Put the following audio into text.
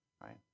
right